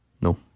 No